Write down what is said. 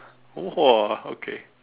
!wah! okay